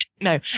No